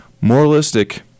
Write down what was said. moralistic